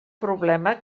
problema